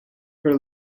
her